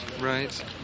Right